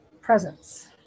presence